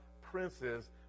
princes